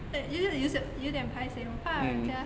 yo~ 就是有点 paiseh 我怕人家